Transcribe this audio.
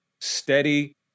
steady